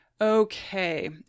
Okay